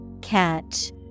Catch